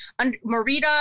Marita